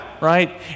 right